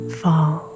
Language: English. fall